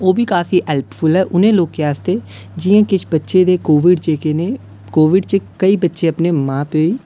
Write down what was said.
ओह्बी काफी helpful है उ'नें लोके आस्तै जि'नें किश बच्चेंह् दे कोबिड जेह्के न कोबिड़ च कोई बच्चे अपने मां प्यो गी